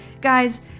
guys